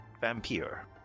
vampire